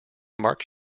mark